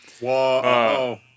Whoa